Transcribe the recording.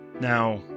Now